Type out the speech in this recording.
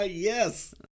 Yes